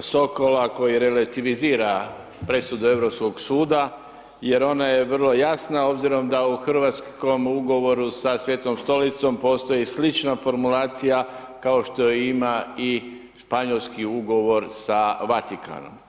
Sokola koji relativizira presudu Europskog suda jer ona je vrlo jasna obzirom da u hrvatskom ugovoru sa Svetom Stolicom postoji slična formulacija kao što ima i Španjolski ugovor sa Vatikanom.